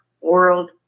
world